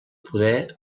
poder